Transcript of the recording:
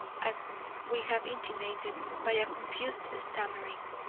as we have intimated, by a confused stammering.